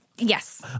Yes